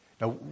now